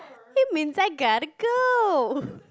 it means I gotta go